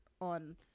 on